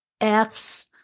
F's